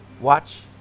watch